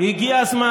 הממשלה הזאת,